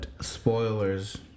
spoilers